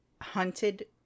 hunted